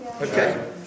Okay